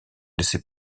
laisser